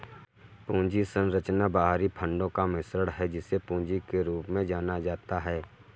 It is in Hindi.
पूंजी संरचना बाहरी फंडों का मिश्रण है, जिसे पूंजी के रूप में जाना जाता है